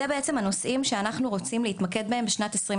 אלו הנושאים שאנחנו רוצים להתמקד בהם בשנת 2023,